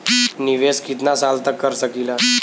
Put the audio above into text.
निवेश कितना साल तक कर सकीला?